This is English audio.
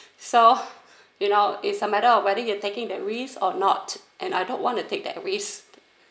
so you know is a matter of whether you taking that risk or not and I don't want to take that risk